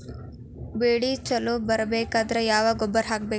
ಬೆಳಿ ಛಲೋ ಬರಬೇಕಾದರ ಯಾವ ಗೊಬ್ಬರ ಹಾಕಬೇಕು?